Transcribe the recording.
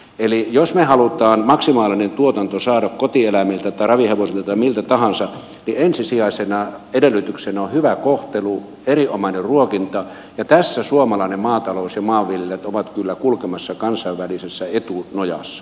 eli jos me haluamme maksimaalisen tuotannon saada kotieläimiltä tai ravihevosilta tai miltä tahansa niin ensisijaisena edellytyksenä on hyvä kohtelu erinomainen ruokinta ja tässä suomalainen maatalous ja maanviljelijät ovat kyllä kulkemassa kansainvälisesti etunojassa